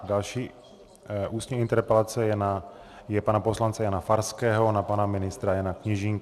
Další ústní interpelace je pana poslance Jana Farského na pana ministra Jana Kněžínka.